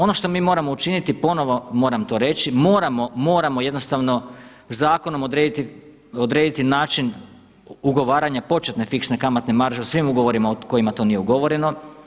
Ono što mi moramo učiniti ponovo moram to reći, moramo jednostavno zakonom odrediti način ugovaranja početne fiksne kamatne marže u svim ugovorima u kojima to nije ugovoreno.